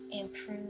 Improve